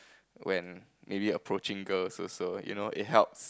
when maybe approaching girls also you know it helps